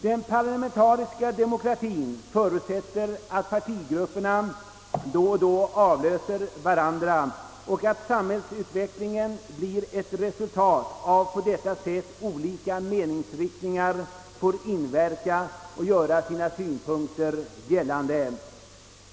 Den parlamentariska demokratin förutsätter 'att partigrupperna då och då avlöser varandra och att samhällsutvecklingen blir ett resultat av att olika meningsriktningar får inverka och göra sina synpunkter gällande.